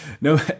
No